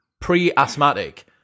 pre-asthmatic